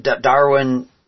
Darwin